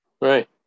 Right